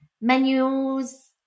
menus